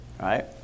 right